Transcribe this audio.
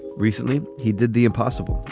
recently, he did the impossible.